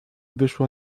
wyszła